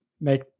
make